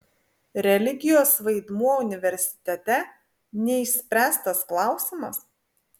religijos vaidmuo universitete neišspręstas klausimas